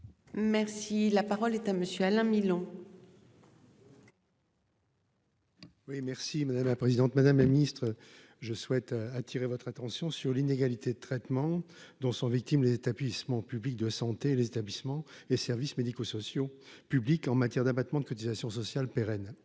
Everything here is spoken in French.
Merci la parole est à monsieur Alain Milon. Oui merci madame la présidente, madame la ministre je souhaite attirer votre attention sur l'inégalité de traitement dont sont victimes les établissements publics de santé et les établissements et services médico-sociaux publics en matière d'abattement de cotisations sociales pérennes.